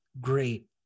great